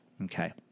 Okay